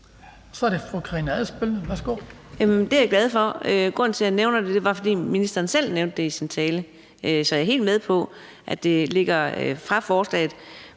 Kl. 18:31 Karina Adsbøl (DD): Jamen det er jeg glad for. Grunden til, at jeg nævner det, er bare, at ministeren selv nævnte det i sin tale. Så jeg er helt med på, at det ligger uden for forslaget,